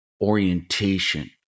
orientation